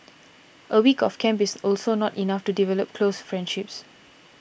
a week of camp is also not enough to develop close friendships